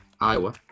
Iowa